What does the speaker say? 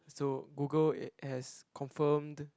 so Google has confirmed